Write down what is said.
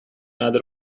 other